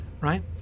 right